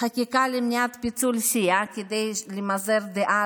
חקיקה למניעת פיצול סיעה כדי למזער דעה